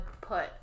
put